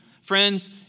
Friends